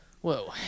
whoa